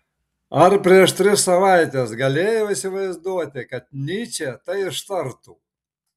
ar prieš tris savaites galėjo įsivaizduoti kad nyčė tai ištartų